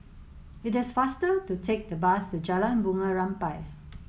it is faster to take the bus to Jalan Bunga Rampai